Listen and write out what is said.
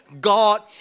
God